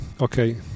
Okay